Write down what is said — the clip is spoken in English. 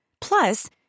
Plus